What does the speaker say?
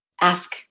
ask